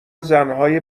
زنهای